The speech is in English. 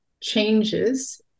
changes